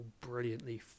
brilliantly